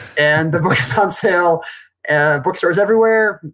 and the book is on sale at book stores everywhere.